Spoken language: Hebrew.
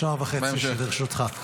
בשעה וחצי שלרשותך.